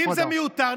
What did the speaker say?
ואם זה מיותר,